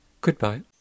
goodbye